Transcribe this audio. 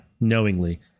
Knowingly